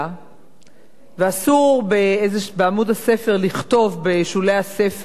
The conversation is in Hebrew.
ואסור בעמוד הספר לכתוב, בשולי הספר, שום דבר,